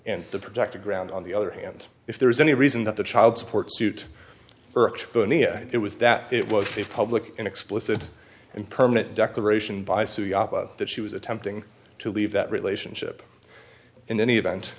and the projector ground on the other hand if there is any reason that the child support suit irked bunia it was that it was a public an explicit and permanent declaration by sue that she was attempting to leave that relationship in any event